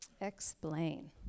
Explain